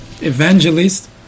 evangelist